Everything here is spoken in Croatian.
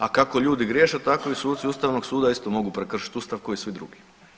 A kako ljudi greške tako i suci ustavnog suda isto mogu prekršit ustav ko i svi drugi.